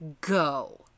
go